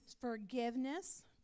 forgiveness